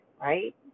right